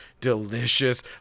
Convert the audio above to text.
delicious